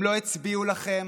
הם לא הצביעו לכם